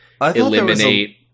eliminate